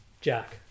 jack